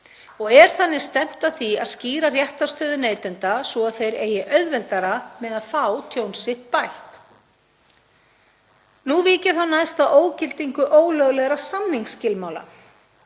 og er þannig stefnt að því að skýra réttarstöðu neytenda svo að þeir eigi auðveldara með að fá tjón sitt bætt. Nú vík ég að ógildingu ólöglegra samningsskilmála.